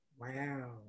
Wow